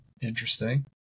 Interesting